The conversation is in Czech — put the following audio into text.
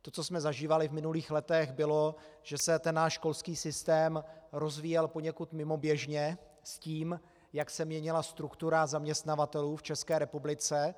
To, co jsme zažívali v minulých letech, bylo, že se náš školský systém rozvíjel poněkud mimoběžně s tím, jak se měnila struktura zaměstnavatelů v České republice.